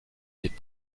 des